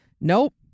Nope